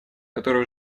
который